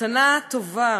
מתנה טובה